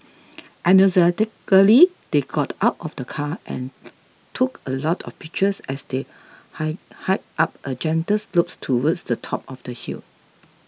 enthusiastically they got out of the car and took a lot of pictures as they high hiked up a gentle slope towards the top of the hill